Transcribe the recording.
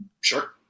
Sure